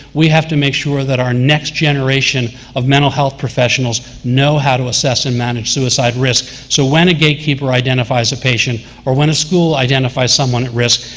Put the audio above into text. we have to make sure that our next generation of mental health professionals know how to assess and manage suicide risk. so when a gatekeeper identifies a patient, or when a school identifies someone at risk,